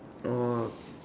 oh